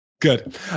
good